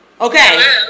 Okay